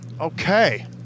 okay